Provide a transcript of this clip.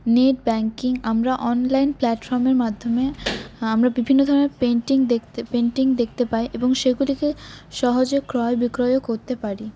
net banking আমরা online প্ল্যাটফর্মের মাধ্যমে আমরা বিভিন্ন ধরনের পেইন্টিং দেখতে পেইন্টিং দেখতে পাই এবং সেগুলিকে সহজে ক্রয়বিক্রয়ও করতে পারি